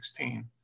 2016